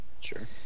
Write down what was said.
sure